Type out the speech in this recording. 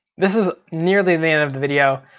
this is nearly the end of the video.